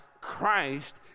Christ